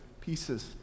pieces